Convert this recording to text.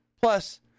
Plus